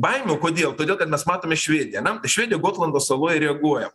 baimių kodėl todėl kad mes matome švediją ane švedija gotlando saloj reaguoja